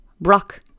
Brock